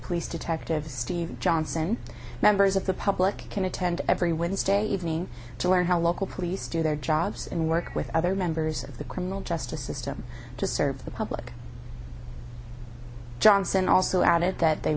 police detective steve johnson members of the public can attend every wednesday evening to learn how local police do their jobs and work with other members of the criminal justice system to serve the public johnson also added that they